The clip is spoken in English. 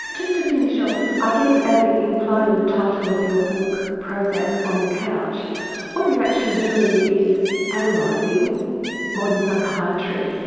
just to finish off, i guess as it implied in the title of your book prozac on the couch what you're actually doing is analysing modern psychiatry.